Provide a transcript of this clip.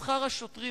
בשעתן,